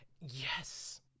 yes